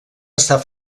estar